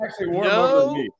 no